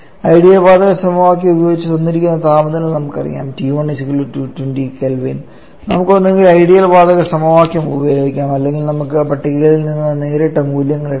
ideal വാതക സമവാക്യം ഉപയോഗിച്ച് തന്നിരിക്കുന്ന താപനില നമുക്കറിയാം T1 220 K നമുക്ക് ഒന്നുകിൽ ഐഡിയൽ വാതക സമവാക്യം ഉപയോഗിക്കാം അല്ലെങ്കിൽ നമുക്ക് പട്ടികകളിൽ നിന്ന് നേരിട്ട് മൂല്യങ്ങൾ എടുക്കാം